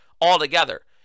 altogether